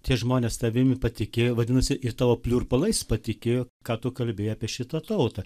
tie žmonės tavimi patikėjo vadinasi ir tavo pliurpalais patikėjo ką tu kalbi apie šitą tautą